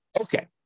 Okay